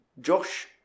Josh